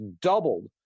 doubled